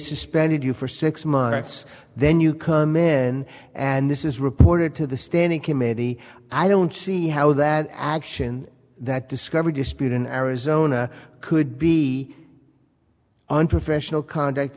suspended you for six months then you come in and this is reported to the standing committee i don't see how that action that discovery dispute in arizona could be unprofessional conduct